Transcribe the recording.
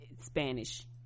Spanish